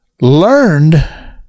learned